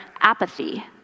apathy